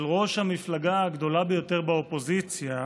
ראש המפלגה הגדולה ביותר באופוזיציה,